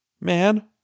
Man